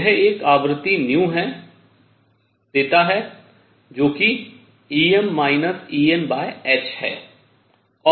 यह एक आवृत्ति देता है जो कि Em Enh है